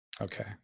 Okay